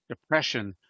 depression